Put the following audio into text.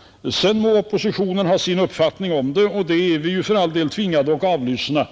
— sedan må oppositionen ha sin uppfattning, och den är vi för all del tvingade att avlyssna.